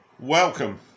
Welcome